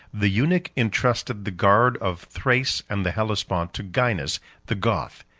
the eunuch intrusted the guard of thrace and the hellespont to gainas the goth,